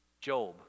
Job